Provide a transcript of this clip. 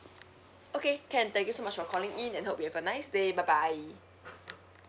okay can thank you so much for calling in and hope you have a nice day bye bye